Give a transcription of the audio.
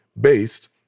based